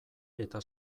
eta